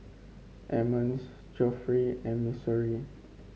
Emmons Geoffrey and Missouri